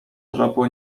tropu